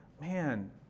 man